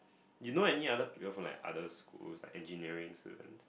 you know any other people from like other schools like engineering student